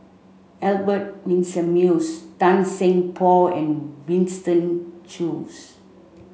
Albert Winsemius Tan Seng Poh and Winston Choos